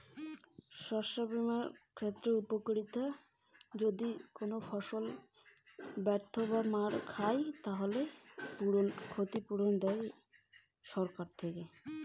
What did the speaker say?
শস্য বিমা করার উপকারীতা?